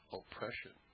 oppression